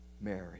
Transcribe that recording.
Mary